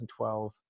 2012